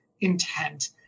intent